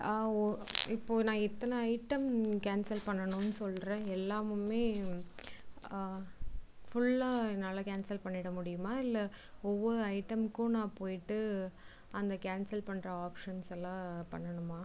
இப்போது நான் இத்தனை ஐட்டம் கேன்சல் பண்ணணும்னு சொல்றேன் எல்லாமுமே ஃபுல்லாக என்னால் கேன்சல் பண்ணிட முடியுமா இல்லை ஒவ்வொரு ஐட்டமுக்கும் நான் போய்விட்டு அந்த கேன்சல் பண்ணுற ஆப்ஷன்ஸெலாம் பண்ணனுமா